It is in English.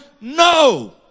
No